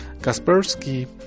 Kaspersky